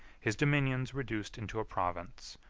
his dominions reduced into a province,